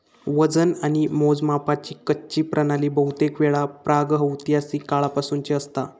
वजन आणि मोजमापाची कच्ची प्रणाली बहुतेकवेळा प्रागैतिहासिक काळापासूनची असता